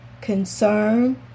concern